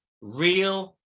real